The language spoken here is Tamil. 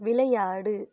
விளையாடு